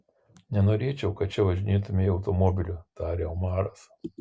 nenorėčiau kad čia važinėtumei automobiliu tarė omaras